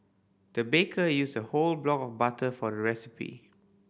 the baker used a whole block of butter for recipe